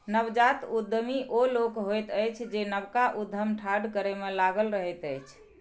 नवजात उद्यमी ओ लोक होइत अछि जे नवका उद्यम ठाढ़ करै मे लागल रहैत अछि